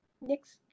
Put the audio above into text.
Next